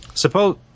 suppose